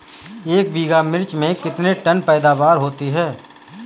एक बीघा मिर्च में कितने टन पैदावार होती है?